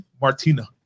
Martina